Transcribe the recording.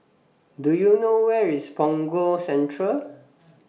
Do YOU know Where IS Punggol Central